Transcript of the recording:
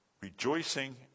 rejoicing